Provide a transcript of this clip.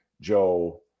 Joe